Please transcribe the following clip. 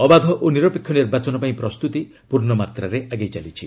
ଅବାଧ ଓ ନିରପେକ୍ଷ ନିର୍ବାଚନ ପାଇଁ ପ୍ରସ୍ତୁତି ପୂର୍ଣ୍ଣ ମାତ୍ରାରେ ଆଗେଇ ଚାଲିଛି